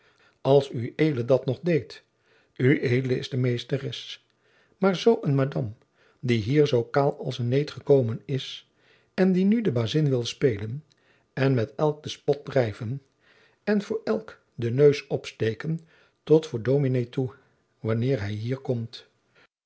als ued dat nog deedt ued is de meesteres maar zoo een madam die hier zoo kaal als een neet gekomen is en die nu de bazin wil speelen en met elk den spot drijven en voor elk den neus opsteken tot voor dominé toe wanneer hij hier komt